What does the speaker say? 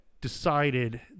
decided